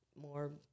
more